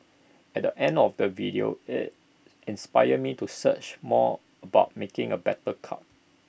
at the end of the video IT inspired me to search more about making A better cup